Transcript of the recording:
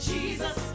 Jesus